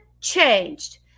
changed